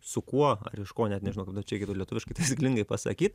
su kuo ar iš ko net nežinau kaip dabar čia reikėtų lietuviškai taisyklingai pasakyt